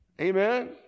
Amen